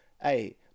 Hey